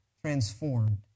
transformed